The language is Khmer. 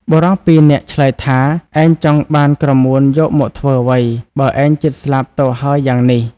បុរសពីរនាក់ឆ្លើយថា "ឯងចង់បានក្រមួនយកមកធ្វើអ្វី! បើឯងជិតស្លាប់ទៅហើយយ៉ាងនេះ"។